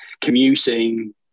commuting